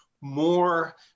more